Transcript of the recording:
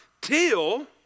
Till